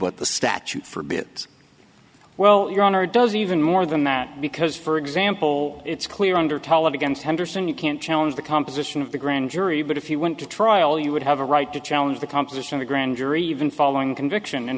what the statute for bit well your honor does even more than that because for example it's clear under telegrams henderson you can't challenge the composition of the grand jury but if you went to trial you would have a right to challenge the composition of a grand jury even following conviction in